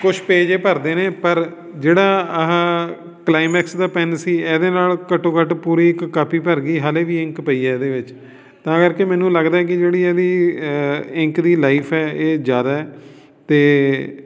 ਕੁਛ ਪੇਜ ਇਹ ਭਰਦੇ ਨੇ ਪਰ ਜਿਹੜਾ ਆਹਾ ਕਲਾਈਮੈਕਸ ਦਾ ਪੈੱਨ ਸੀ ਇਹਦੇ ਨਾਲ ਘੱਟੋ ਘੱਟ ਪੂਰੀ ਇੱਕ ਕਾਪੀ ਭਰ ਗਈ ਹਾਲੇ ਵੀ ਇੰਕ ਪਈ ਹੈ ਇਹਦੇ ਵਿੱਚ ਤਾਂ ਕਰਕੇ ਮੈਨੂੰ ਲੱਗਦਾ ਕਿ ਜਿਹੜੀ ਇਹਦੀ ਇੰਕ ਦੀ ਲਾਈਫ ਹੈ ਇਹ ਜ਼ਿਆਦਾ ਹੈ ਅਤੇ